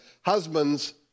Husbands